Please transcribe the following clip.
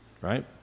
right